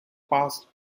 past